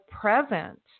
present